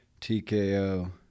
TKO